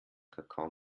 kakao